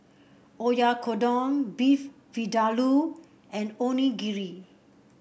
Oyakodon Beef Vindaloo and Onigiri